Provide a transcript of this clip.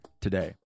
today